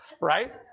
Right